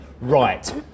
right